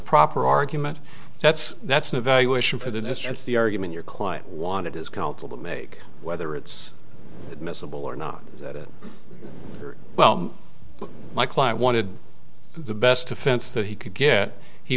proper argument that's that's an evaluation for the district the argument your client wanted his counsel to make whether it's admissible or not well my client wanted the best defense that he could get he